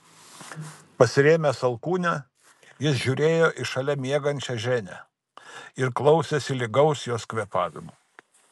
pasirėmęs alkūne jis žiūrėjo į šalia miegančią ženią ir klausėsi lygaus jos kvėpavimo